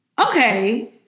Okay